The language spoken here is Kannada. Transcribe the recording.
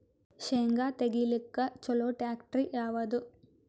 ಶೇಂಗಾ ತೆಗಿಲಿಕ್ಕ ಚಲೋ ಟ್ಯಾಕ್ಟರಿ ಯಾವಾದು?